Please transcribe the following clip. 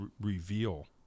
reveal